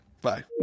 Bye